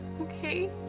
okay